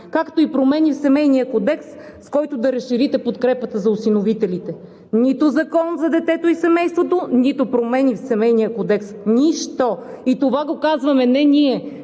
както и промени в Семейния кодекс, с който да разширите подкрепата за осиновителите – нито Закон за детето и семейството, нито промени в Семейния кодекс. Нищо! Това го казваме не ние,